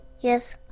Yes